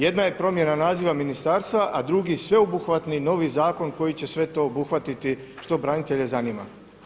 Jedna je promjena naziva ministarstva, a drugi sveobuhvatni novi zakon koji će sve to obuhvatiti što branitelje zanima.